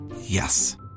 Yes